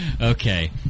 Okay